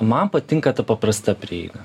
man patinka ta paprasta prieiga